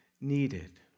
needed